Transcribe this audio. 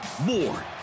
More